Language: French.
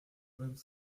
vingt